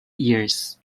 years